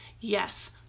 Yes